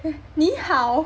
你好